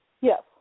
Yes